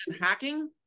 hacking